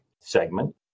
segment